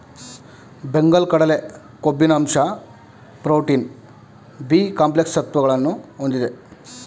ಬೆಂಗಲ್ ಕಡಲೆ ಕೊಬ್ಬಿನ ಅಂಶ ಪ್ರೋಟೀನ್, ಬಿ ಕಾಂಪ್ಲೆಕ್ಸ್ ಸತ್ವಗಳನ್ನು ಹೊಂದಿದೆ